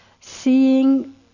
seeing